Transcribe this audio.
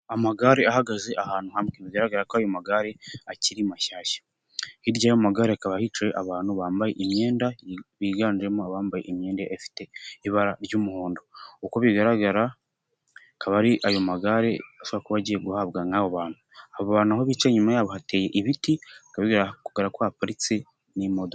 Amagare ahagaze ahantu hamwe, bigaragara ko ayo magare akiri mashyashya, hirya y'amagare hakaba hicaye abantu bambaye imyenda, biganjemo abambaye imyenda ifite ibara ry'umuhondo, uko bigaragara, akaba ari ayo magare ashobora kuba agiye guhabwa nk'abo bantu, abo bantu aho bicaye inyuma yabo hateye ibiti, akaba bigaragara ko haparitse n'imodoka.